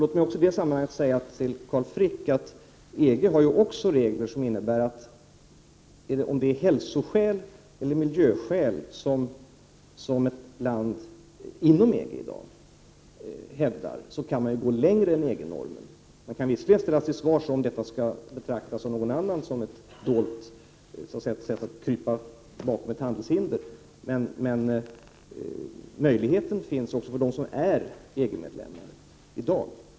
Låt mig i det sammanhanget säga till Carl Frick att EG ju också har regler som innebär att om det är hälsoskäl eller miljöskäl som ett land inom EG hävdar, så kan man gå längre än EG-normen. Jag kan visserligen inte svara på om detta kan betraktas av någon annan som ett dolt sätt att krypa bakom ett handelshinder, men den här möjligheten finns alltså för dem som i dag är medlemmar av EG.